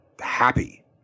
happy